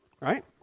right